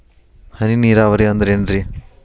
ಹನಿ ನೇರಾವರಿ ಅಂದ್ರೇನ್ರೇ?